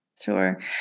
Sure